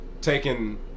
taking